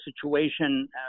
situation